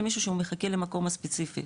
למי שמחכה למקום הספציפי,